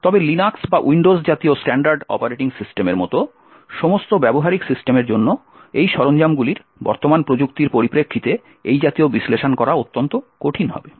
তবে লিনাক্স বা উইন্ডোজ জাতীয় স্ট্যান্ডার্ড অপারেটিং সিস্টেমের মতো সমস্ত ব্যবহারিক সিস্টেমের জন্য এই সরঞ্জামগুলির বর্তমান প্রযুক্তির পরিপ্রেক্ষিতে এই জাতীয় বিশ্লেষণ করা অত্যন্ত কঠিন হবে